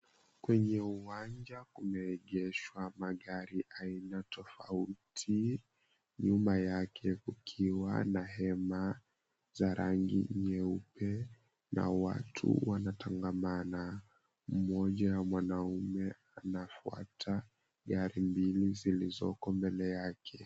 Kwenye uwanja kumeegeshwa magari aina tofauti , nyuma yake kukiwa na hema za rangi nyeupe na watu wanatangamana. Mmoja wa wanaume anafuata gari mbili zilizoko mbele yake.